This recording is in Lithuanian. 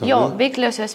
jo veikliosios